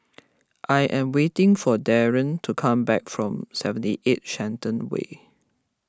I am waiting for Darrien to come back from seventy eight Shenton Way